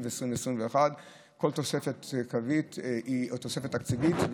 2021. כל תוספת קווית היא תוספת תקציבית,